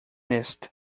missed